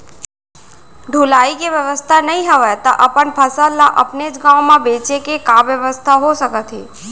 ढुलाई के बेवस्था नई हवय ता अपन फसल ला अपनेच गांव मा बेचे के का बेवस्था हो सकत हे?